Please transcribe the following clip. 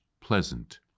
pleasant